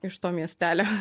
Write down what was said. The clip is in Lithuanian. iš to miestelio